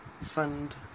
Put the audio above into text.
Fund